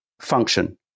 function